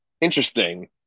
Interesting